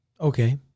Okay